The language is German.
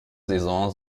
saison